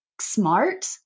smart